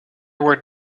were